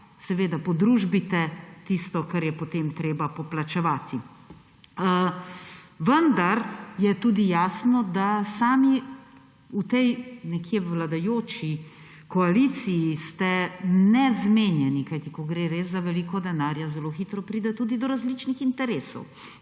Seveda podružbite tisto, kar je, potem treba poplačevati. Vendar je tudi jasno, da sami v tej nekje vladajoči koaliciji ste nezmenjeni. Kajti ko gre res za veliko denarja, zelo hitro pride tudi do različnih interesov.